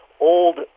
old